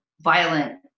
violent